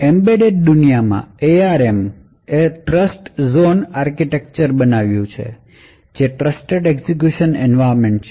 embedded દુનિયામાં ARM એ trust zone architecture બનાવ્યું કે જે ટ્રસ્ટેડ એક્ઝીક્યૂશન એન્વાયરમેન્ટ છે